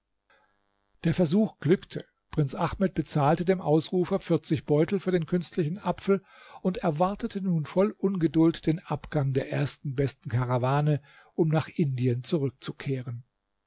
der versuch glückte prinz ahmed bezahlte dem ausrufer vierzig beutel für den künstlichen apfel und erwartete nun voll ungeduld den abgang der ersten besten karawane um nach indien zurückzukehren